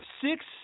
six